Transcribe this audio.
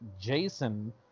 Jason